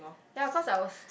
ya cause I was